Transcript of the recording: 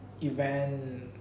event